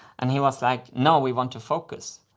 and he was like no, we want to focus!